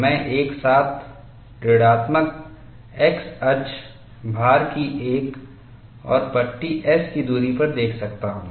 मैं एक साथ ऋणात्मक x अक्ष भार की एक और पट्टी s की दूरी पर देख सकता हूं